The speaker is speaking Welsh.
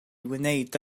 wneud